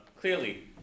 clearly